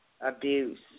abuse